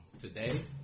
Today